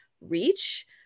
reach